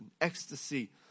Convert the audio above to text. ecstasy